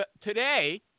Today